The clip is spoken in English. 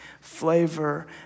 flavor